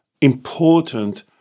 important